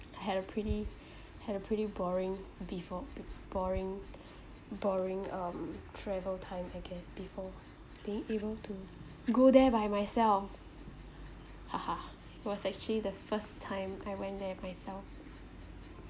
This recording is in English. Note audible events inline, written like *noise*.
had a pretty *breath* had a pretty boring before b~ boring *breath* boring um travel time I guess before being able to go there by myself *laughs* was actually the first time I went there myself